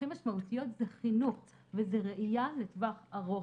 זה חינוך וזה ראייה לטווח ארוך.